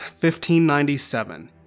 1597